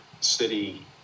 city